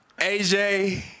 AJ